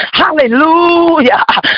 hallelujah